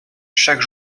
chaque